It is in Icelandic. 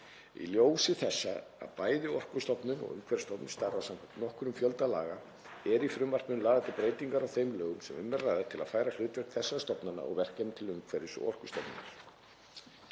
Í ljósi þess að bæði Orkustofnun og Umhverfisstofnun starfa samkvæmt nokkrum fjölda laga eru í frumvarpinu lagðar til breytingar á þeim lögum sem um er að ræða til að færa hlutverk þessara stofnana og verkefni til Umhverfis- og orkustofnunar.